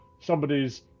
somebody's